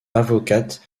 avocate